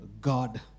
God